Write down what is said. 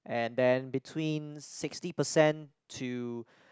and then between sixty percent to